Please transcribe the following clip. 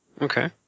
Okay